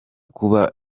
kuba